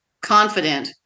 confident